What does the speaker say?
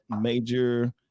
major